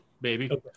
baby